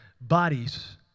bodies